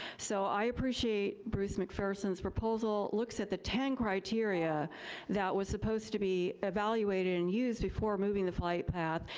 so i appreciate bruce mcpherson's proposal. it looks at the ten criteria that was supposed to be evaluated and used before moving the flight path,